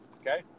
Okay